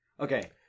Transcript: Okay